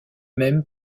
même